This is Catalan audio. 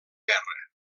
guerra